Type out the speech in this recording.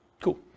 Cool